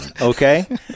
okay